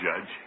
Judge